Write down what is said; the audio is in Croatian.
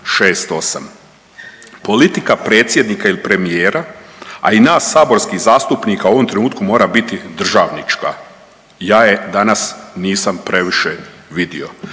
Politika predsjednika ili premijera, a i nas saborskih zastupnika u ovom trenutku mora biti državnička. Ja je danas nisam previše vidio.